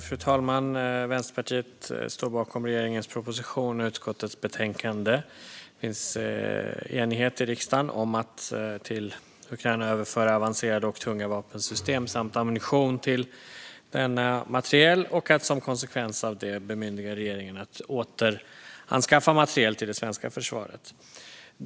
Fru talman! Vänsterpartiet står bakom regeringens proposition och utskottets betänkande. Det finns enighet i riksdagen om att till Ukraina överföra avancerade och tunga vapensystem samt ammunition till denna materiel och att som konsekvens av det bemyndiga regeringen att återanskaffa materiel till det svenska försvaret.